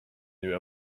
new